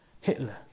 Hitler